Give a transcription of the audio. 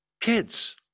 Kids